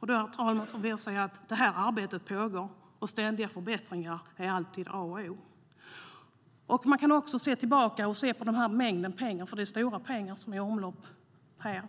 Det arbetet pågår, herr talman. Ständiga förbättringar är alltid A och O.Man kan också se på mängden pengar, för det är stora pengar som är i omlopp här.